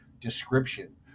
description